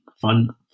fun